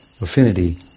affinity